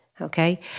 okay